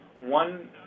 one